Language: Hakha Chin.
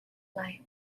lai